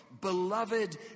beloved